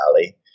valley